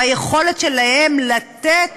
ביכולת שלהם לתת